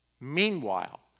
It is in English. Meanwhile